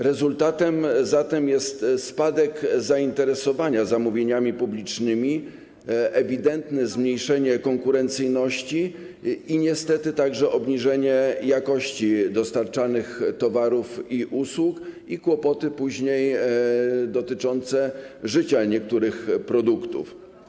Rezultatem jest spadek zainteresowania zamówieniami publicznymi, ewidentne zmniejszenie konkurencyjności, niestety także obniżenie jakości dostarczanych towarów i usług i później kłopoty dotyczące życia niektórych produktów.